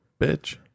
bitch